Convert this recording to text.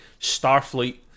Starfleet